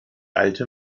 alte